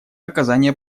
оказание